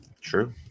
True